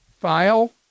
file